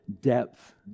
depth